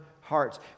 hearts